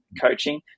coaching